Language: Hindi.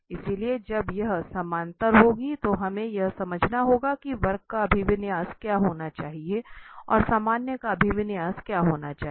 इसलिए जब यह समानता होगी तो हमें यह समझना होगा कि वक्र का अभिविन्यास क्या होना चाहिए और सामान्य का अभिविन्यास क्या होना चाहिए